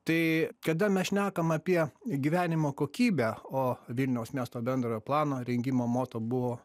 tai kada mes šnekam apie gyvenimo kokybę o vilniaus miesto bendrojo plano rengimo moto buvo